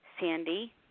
Sandy